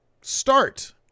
start